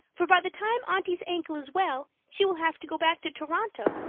for by the time aunty's ankle is well she will have to go back to toronto.